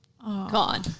gone